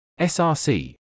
SRC